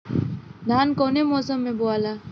धान कौने मौसम मे बोआला?